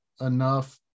enough